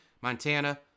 Montana